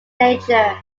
nature